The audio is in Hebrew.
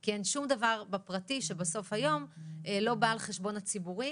כי אין שום דבר בפרטי שהיום לא בא על חשבון הציבורי.